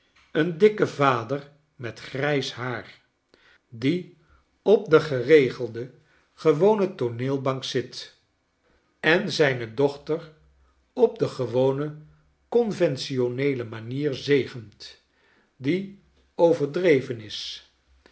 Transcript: een dikke vader met grijs haar die op de geregelde gewone tooneelbank zit en zijne dochter op de gewone conventioneele manier zegent die overdreven is